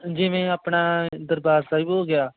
ਜਿਵੇਂ ਆਪਣਾ ਦਰਬਾਰ ਸਾਹਿਬ ਹੋ ਗਿਆ